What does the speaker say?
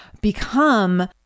become